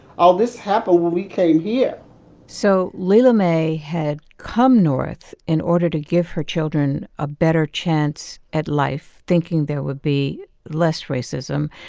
all this happened when we came here so lela mae had come north in order to give her children a better chance at life, thinking there would be less racism.